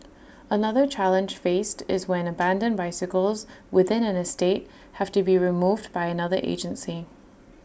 another challenge faced is when abandoned bicycles within an estate have to be removed by another agency